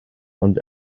ond